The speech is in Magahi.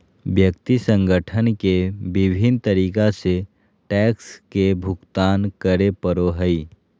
व्यक्ति संगठन के विभिन्न तरीका से टैक्स के भुगतान करे पड़ो हइ